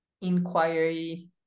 inquiry